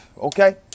Okay